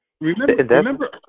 Remember –